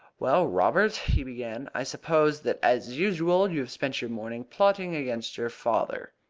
well, robert, he began, i suppose that, as usual, you have spent your morning plotting against your father?